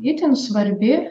itin svarbi